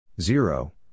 Zero